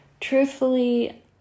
truthfully